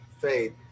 faith